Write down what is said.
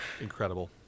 Incredible